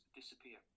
disappear